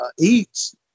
eats